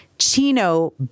Chino